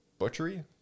butchery